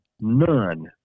none